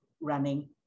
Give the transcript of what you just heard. running